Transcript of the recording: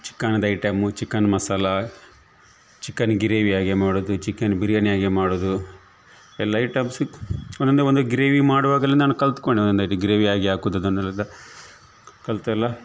ಚಿಕನದು item chicken masala chicken gravy ಹೇಗೆ ಮಾಡೋದು chicken biryani ಹೇಗೆ ಮಾಡೋದು ಎಲ್ಲ ಐಟಮ್ಸ್ ಒನೊಂದೆ ಒಂದು ಗ್ರೇವಿ ಮಾಡುವಾಗಲೆ ನಾನು ಕಲಿತ್ಕೊಂಡೆ ಗ್ರೇವಿ ಹೇಗೆ ಹಾಕುದ್ ಅದನೆಲ್ಲದು ಕಲ್ತೆಲ್ಲ